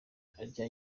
atya